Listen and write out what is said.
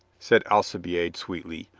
said alcibiade sweetly,